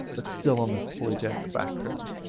but still on this polygenic background.